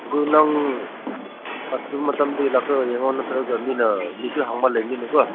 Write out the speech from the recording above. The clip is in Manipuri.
ꯑꯗꯨ ꯅꯪ ꯑꯊꯨꯕ ꯃꯇꯝꯗꯒꯤ ꯂꯥꯛꯂꯒ ꯌꯦꯡꯉꯣ ꯅꯠꯇ꯭ꯔꯗꯤ ꯅꯪ ꯃꯤꯅꯁꯨ ꯍꯪꯕ ꯂꯩꯕꯅꯤꯅꯀꯣ